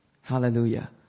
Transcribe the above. Hallelujah